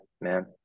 man